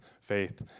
faith